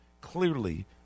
clearly